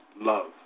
love